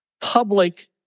public